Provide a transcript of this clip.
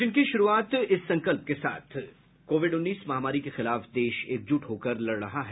bulletin की शुरूआत इस संकल्प के साथ कोविड उन्नीस महामारी के खिलाफ देश एकजुट होकर लड़ रहा है